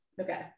Okay